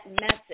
message